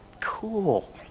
cool